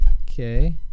Okay